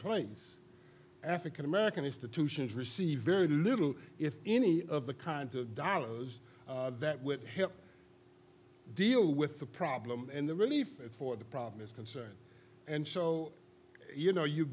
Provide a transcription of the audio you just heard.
place african american is to receive very little if any of the kinds of dollars that would help deal with the problem and the relief for the problem is concerned and so you know you